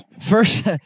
first